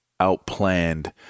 outplanned